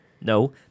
No